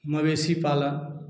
मवेसी पाला